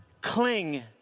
cling